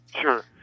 Sure